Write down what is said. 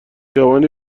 خیابانی